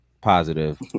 positive